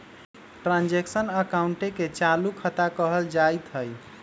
transaction अकाउंटे के चालू खता कहल जाइत हइ